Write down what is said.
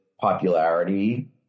popularity